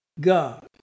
God